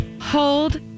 Hold